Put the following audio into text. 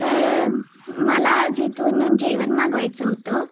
तर मला आज इथून जेवण मागवायचं होतं